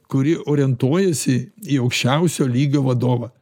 kuri orientuojasi į aukščiausio lygio vadovą